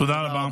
תודה רבה.